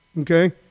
Okay